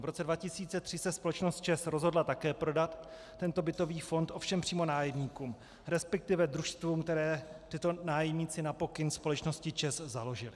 V roce 2003 se společnost ČEZ rozhodla také prodat tento bytový fond, ovšem přímo nájemníkům, resp. družstvům, která tito nájemníci na pokyn společnosti ČEZ založili.